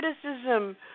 criticism